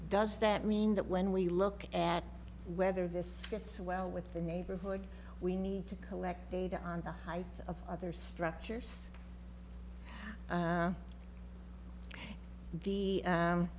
does that mean that when we look at whether this fits well with the neighborhood we need to collect data on the height of other structures the th